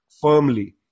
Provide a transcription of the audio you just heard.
firmly